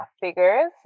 Figures